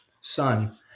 son